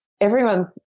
everyone's